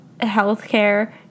healthcare